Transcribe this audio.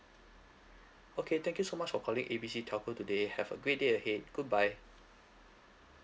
okay thank you so much for calling A B C telco today have a great day ahead goodbye